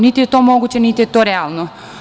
Niti je to moguće, niti je to realno.